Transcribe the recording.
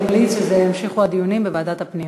השר המליץ שיימשכו הדיונים בוועדת הפנים.